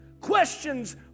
questions